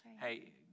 Hey